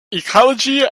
ecology